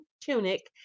tunic